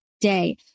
day